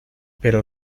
pero